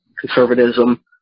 conservatism